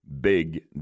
big